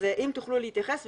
אז אם תוכלו להתייחס.